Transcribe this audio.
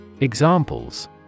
Examples